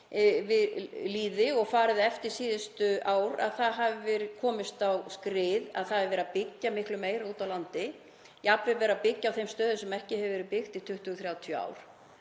við lýði og farið eftir síðustu ár, það hefur komist á skrið, að það er verið að byggja miklu meira úti á landi, jafnvel verið að byggja á þeim stöðum sem ekki hefur verið byggt í 20–30 ár.